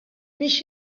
mhix